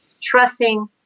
trusting